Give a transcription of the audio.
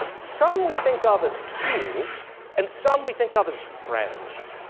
some we think of as tools and some we think of as friends.